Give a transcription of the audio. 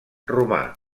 romà